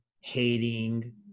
hating